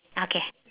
okay